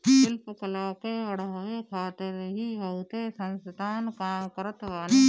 शिल्प कला के बढ़ावे खातिर भी बहुते संस्थान काम करत बाने